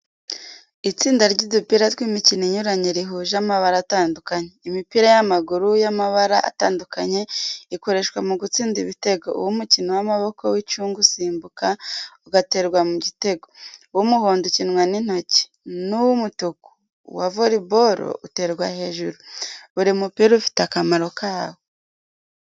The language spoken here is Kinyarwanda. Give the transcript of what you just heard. Itsinda ry’udupira tw’imikino inyuranye rihuje amabara atandukanye, imipira y’amaguru y'amabara atandukanye ikoreshwa mu gutsinda ibitego, uw’umukino w'amaboko w’icunga usimbuka ugaterwa mu gitego, uw’umuhondo ukinwa n’intoki, n’uw’umutuku wa volleyball uterwa hejuru. Buri mupira ufite akamaro kawo.